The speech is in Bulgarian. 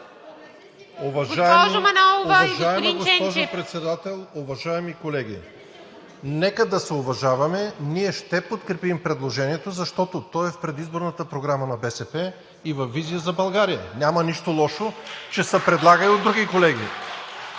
Уважаема госпожо Председател, уважаеми колеги! Нека да се уважаваме. Ние ще подкрепим предложението, защото то е в предизборната програма на БСП и във „Визия за България“. Няма нищо лошо, че се предлага и от други колеги.